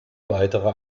weitere